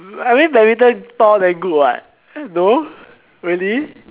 I mean badminton tall then good what no really